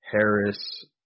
Harris